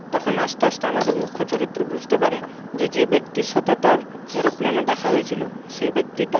তখন আস্তে আস্তে আমাদের মুখ্য চরিত্র বুঝতে পারে যে যে ব্যক্তির সাথে তার এরোপ্লেনে দেখা হয়েছিল সেই ব্যক্তিটা